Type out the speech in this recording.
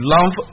Love